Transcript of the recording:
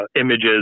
Images